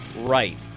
right